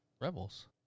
Rebels